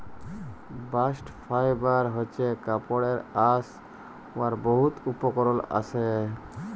bast fibre হছে কাপড়ের আঁশ উয়ার বহুত উপকরল আসে